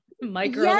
micro